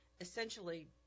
essentially